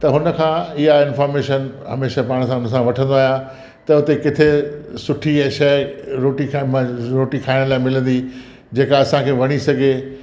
त उन खां इहा इंफोरमेशन हमेशा पाण सां उन सां वठंदो आहियां त उते किथे सुठी इहे शइ रोटी खां रोटी खाइण लाइ मिलंदी जेका असांखे वणी सघे